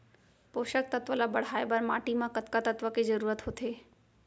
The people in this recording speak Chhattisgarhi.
पोसक तत्व ला बढ़ाये बर माटी म कतका तत्व के जरूरत होथे?